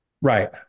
Right